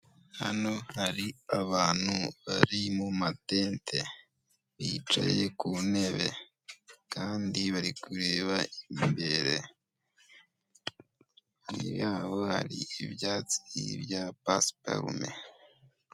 Hano hari abantu biri mu matete bicaye kuntebe Kandi bari kureba imbere, Imbere yabo hari ibyatsi bya pasiparume.